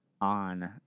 on